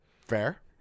Fair